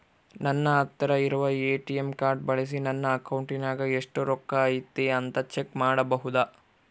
ನನ್ನ ಹತ್ತಿರ ಇರುವ ಎ.ಟಿ.ಎಂ ಕಾರ್ಡ್ ಬಳಿಸಿ ನನ್ನ ಅಕೌಂಟಿನಾಗ ಎಷ್ಟು ರೊಕ್ಕ ಐತಿ ಅಂತಾ ಚೆಕ್ ಮಾಡಬಹುದಾ?